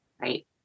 Right